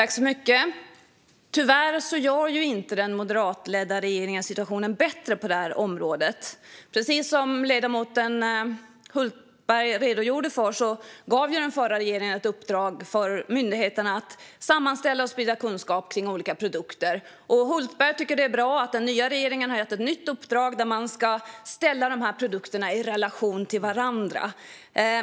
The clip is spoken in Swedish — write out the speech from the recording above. Fru talman! Tyvärr gör inte den moderatledda regeringen situationen bättre på det här området. Precis som ledamoten Hultberg redogjorde för gav den förra regeringen myndigheterna i uppdrag att sammanställa och sprida kunskap om olika produkter. Hultberg tycker att det är bra att den nya regeringen har gett ett nytt uppdrag enligt vilket dessa produkter ska ställas i relation till varandra.